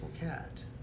cat